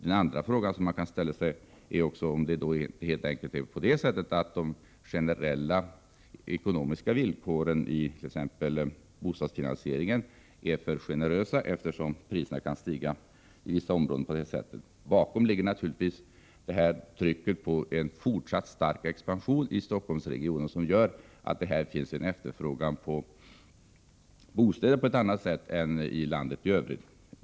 En fråga som man i det sammanhanget kan ställa sig är också om det inte helt enkelt är på det sättet att de generella ekonomiska villkoren i bostadsfinansieringen är alltför generösa, eftersom priserna kan stiga snabbt i vissa områden. Bakom utvecklingen i Stockholmsregionen ligger naturligtvis trycket från en fortsatt stark expansion, som gör att det där finns en efterfrågan på bostäder på ett annat sätt än i landet i övrigt.